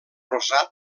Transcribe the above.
rosat